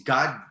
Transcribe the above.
God